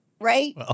right